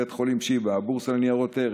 בית חולים שיבא, הבורסה לניירות ערך,